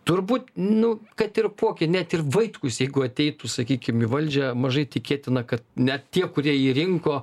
turbūt nu kad ir kokį net ir vaitkus jeigu ateitų sakykim į valdžią mažai tikėtina kad ne tie kurie jį rinko